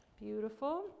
beautiful